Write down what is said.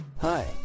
Hi